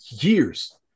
years